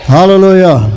Hallelujah